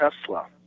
Tesla